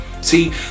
See